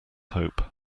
hope